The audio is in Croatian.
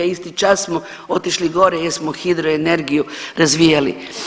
Isti čas smo otišli gore jer smo hidroenergiju razvijali.